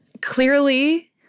Clearly